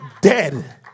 dead